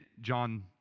John